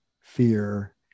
fear